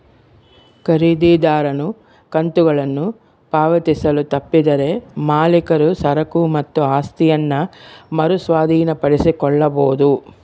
ಖರೀದಿದಾರನು ಕಂತುಗಳನ್ನು ಪಾವತಿಸಲು ತಪ್ಪಿದರೆ ಮಾಲೀಕರು ಸರಕು ಮತ್ತು ಆಸ್ತಿಯನ್ನ ಮರು ಸ್ವಾಧೀನಪಡಿಸಿಕೊಳ್ಳಬೊದು